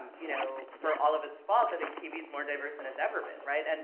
you know, for all of its faults, i think tv's more diverse than it's ever been, right? and